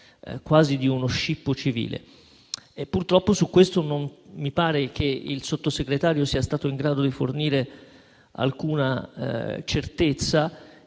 quasi di uno scippo civile. Purtroppo su questo non mi pare che il Sottosegretario sia stato in grado di fornire alcuna certezza